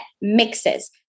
mixes